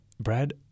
Brad